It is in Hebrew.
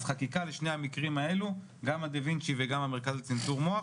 אז חקיקה לשני המקרים האלו גם הדה וינצ'י וגם המרכז לצנתור מוח